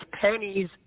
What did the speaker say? pennies